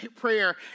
prayer